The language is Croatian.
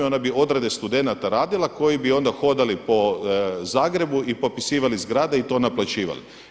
One bi odrede studenata radila koji bi onda hodali po Zagrebu i popisivali zgrade i to naplaćivali.